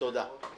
תודה.